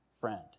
friend